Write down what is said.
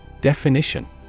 Definition